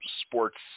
sports